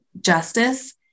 Justice